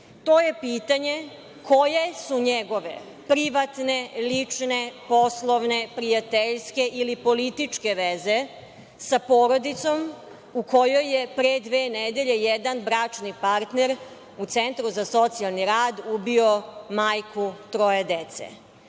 To je pitanje – koje su njegove privatne, lične, poslovne, prijateljske ili političke veze sa porodicom u kojoj je pre dve nedelje jedan bračni partner u centru za socijalni rad ubio majku troje dece? Na